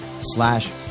slash